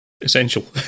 Essential